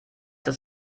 das